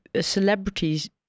celebrities